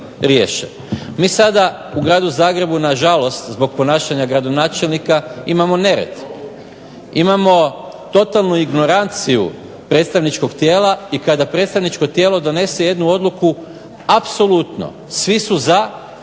Mi sada u Gradu Zagrebu nažalost zbog ponašanja gradonačelnika imamo nered. Imamo totalnu ignoranciju predstavničkog tijela i kada predstavničko tijelo donese jednu odluku apsolutno svi su za,